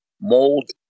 mold